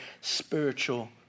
spiritual